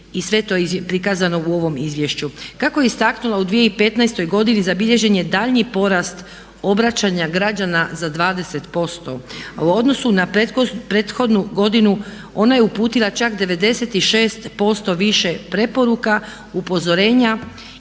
i sve to prikazano u ovom izvješću. Kako je istaknula u 2015.godini, zabilježen je daljnji porast obraćanja građana za 20% u odnosu na prethodnu godinu, ona je uputila čak 96% više preporuka, upozorenja